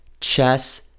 Chess